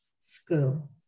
school